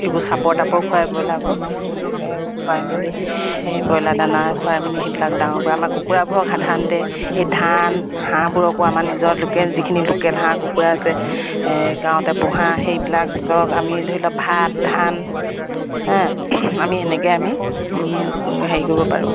এইবোৰ চাপৰ তাপৰ খুৱাই ব্ৰইলাৰবোৰক এনেকৈ খোৱাই মেলি ব্ৰইলাৰ দানা খুৱাই মেলি সেইবিলাক ডাঙৰ কৰে আমাৰ কুকুৰাবোৰক সাধাৰণতে এই ধান হাঁহবোৰকো আমাৰ নিজৰ লোকেল যিখিনি লোকেল হাঁহ কুকুৰা আছে গাঁৱতে পোহা সেইবিলাকক আমি ধৰি লওক ভাত ধান হে আমি সেনেকৈয়ে আমি হেৰি কৰিব পাৰোঁ